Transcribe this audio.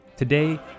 Today